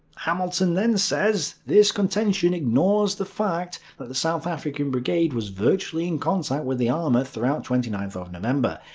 um ah and then says this contention ignores the fact the south african brigade was virtually in contact with the armour throughout twenty nine november,